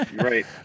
Right